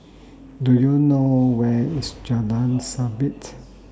Do YOU know Where IS Jalan Sabit